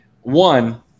One